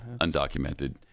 undocumented